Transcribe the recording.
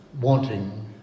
wanting